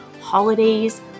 holidays